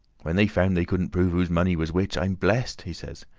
when they found they couldn't prove whose money was which, i'm blessed, he says,